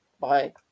Bye